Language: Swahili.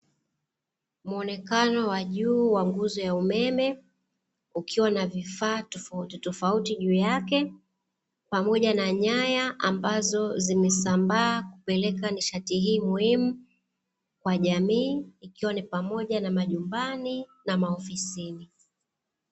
Muonekano wa juu wa nguzo ya umeme, ukiwa na vifaa tofauti tofauti juu yake, pamoja na nyaya ambazo zimesambaa kupeleka nishati hii muhimu kwa jamii, ikiwa ni pamoja na majumbani na maofisini.